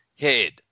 head